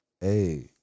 Hey